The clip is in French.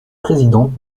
présidente